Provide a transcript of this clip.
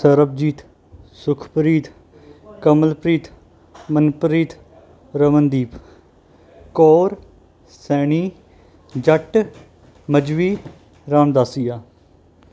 Sarabjit Sukhpreet Kamalpreet Manpreet Ramandeep Kaur Saini Jatt Mazhabi Ramdasia